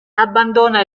abbandona